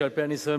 שעל-פי הניסיון,